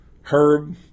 Herb